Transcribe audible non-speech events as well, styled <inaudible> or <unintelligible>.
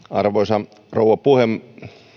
<unintelligible> arvoisa rouva puhemies